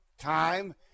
time